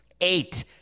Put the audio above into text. Eight